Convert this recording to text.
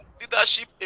leadership